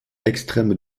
extrême